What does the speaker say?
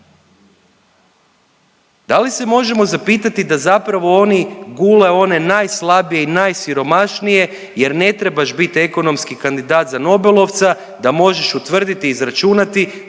Da li se možemo zapitati da zapravo oni gule one najslabije i najsiromašnije jer ne trebaš bit ekonomski kandidat za Nobelovca da možeš utvrditi i izračunati